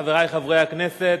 חברי חברי הכנסת,